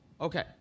Okay